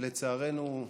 ולצערנו,